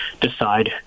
decide